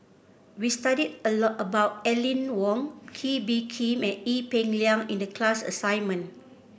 we studied a lot about Aline Wong Kee Bee Khim and Ee Peng Liang in the class assignment